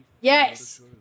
Yes